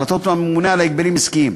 החלטות הממונה על הגבלים עסקיים.